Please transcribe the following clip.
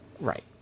Right